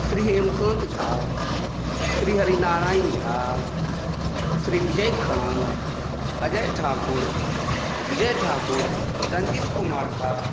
Shri Hemkant Jha Shri Harinarayan Jha Shri Vijaykant Ajay Thakur Vijay Thakur Ranjeet Kumar Jha